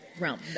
realm